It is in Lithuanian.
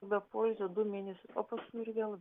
be poilsio du mėnesius o paskui ir vėl